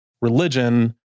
religion